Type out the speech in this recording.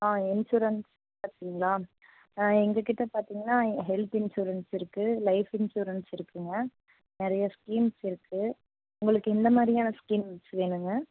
ஆ insurance பார்த்தீங்களா எங்கள்கிட்ட பார்த்தீங்கன்னா ஹெல்த் இன்ஷூரன்ஸ் இருக்கு லைஃப் இன்ஷூரன்ஸ் இருக்குங்க நிறைய ஸ்கீம்ஸ் இருக்கு உங்களுக்கு எந்த மாதிரியான ஸ்கீம்ஸ் வேணும்ங்க